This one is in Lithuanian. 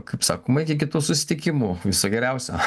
kaip sakoma iki kitų susitikimų viso geriausio